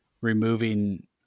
removing